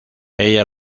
ella